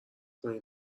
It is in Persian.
کنین